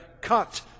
cut